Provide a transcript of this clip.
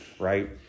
right